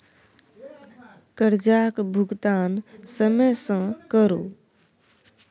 करजाक भूगतान समय सँ करु